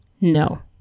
No